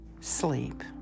sleep